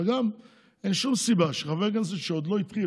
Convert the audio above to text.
וגם אין שום סיבה שחבר כנסת שעוד לא התחיל,